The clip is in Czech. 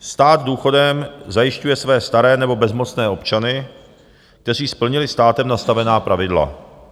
Stát důchodem zajišťuje své staré nebo bezmocné občany, kteří splnili státem nastavená pravidla.